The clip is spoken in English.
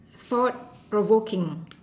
sought provoking